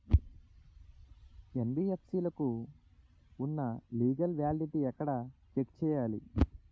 NBFC లకు ఉన్నా legal validity ఎక్కడ చెక్ చేయాలి?